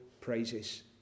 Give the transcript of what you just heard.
praises